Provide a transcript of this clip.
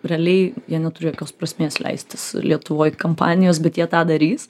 realiai jie neturi jokios prasmės leistis lietuvoj kampanijos bet jie tą darys